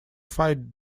fight